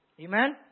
Amen